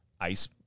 ice